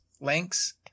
links